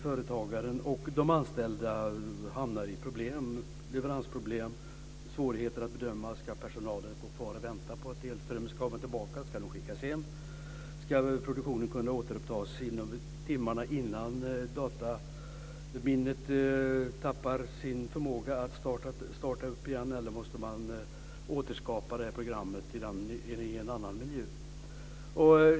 Företagaren och de anställda hamnar i problem; leveransproblem, svårigheter att bedöma om personalen ska gå kvar och vänta på att strömmen ska komma tillbaka eller om de ska skickas hem, om produktionen ska kunna återupptas timmarna innan dataminnet tappar sin förmåga att starta upp igen eller om man måste återskapa programmet i en annan miljö.